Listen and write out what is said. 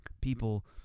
people